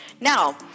now